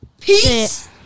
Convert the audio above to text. Peace